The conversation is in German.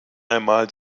einmal